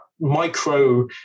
micro